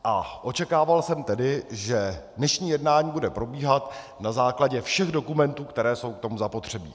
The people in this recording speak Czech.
A očekával jsem tedy, že dnešní jednání bude probíhat na základě všech dokumentů, které jsou k tomu zapotřebí.